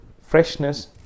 freshness